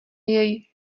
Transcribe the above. jej